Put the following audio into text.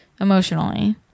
emotionally